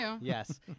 Yes